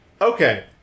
okay